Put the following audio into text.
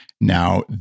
now